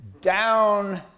down